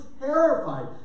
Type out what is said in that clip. terrified